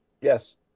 Yes